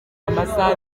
amasaha